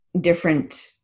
different